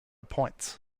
points